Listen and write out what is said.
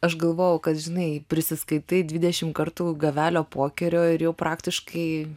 aš galvoju kad žinai prisiskaitai dvidešimt kartų gavelio pokerio ir jau praktiškai